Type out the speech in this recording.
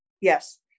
Yes